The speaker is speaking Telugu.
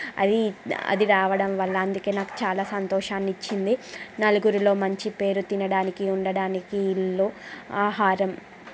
అవి అది రావడం వల్ల అందుకే నాకు చాలా సంతోషాన్నిచ్చింది నలుగురిలో మంచి పేరు తినడానికి ఉండడానికి ఇల్లు ఆహారం